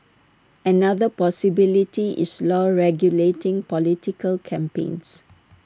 another possibility is law regulating political campaigns